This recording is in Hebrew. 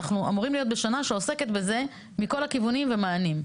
אנחנו אמורים להיות בשנה שעוסקת בזה מכל הכיוונים ומענים.